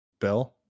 Bill